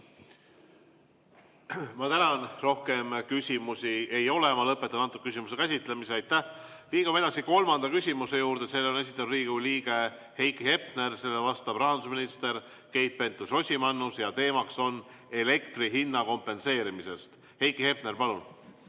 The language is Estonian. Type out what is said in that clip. Ma tänan! Rohkem küsimusi ei ole. Ma lõpetan selle küsimuse käsitlemise. Liigume edasi kolmanda küsimuse juurde. Selle on esitanud Riigikogu liige Heiki Hepner, sellele vastab rahandusminister Keit Pentus-Rosimannus ja teema on elektrihinna kompenseerimine. Heiki Hepner, palun!